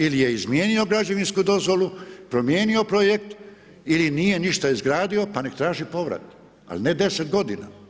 Ili je izmijenio građevinsku dozvolu, promijenio projekt ili nije ništa izgradio pa nek' traži povrat, ali ne 10 godina.